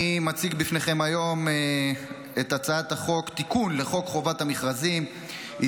אני מציג לפניכם היום את הצעת חוק חובת המכרזים (תיקון,